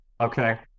Okay